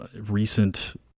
recent